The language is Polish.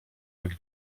jak